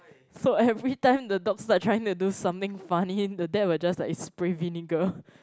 so every time the dogs are trying to do something funny the dad will just like spray vinegar